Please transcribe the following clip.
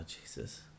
Jesus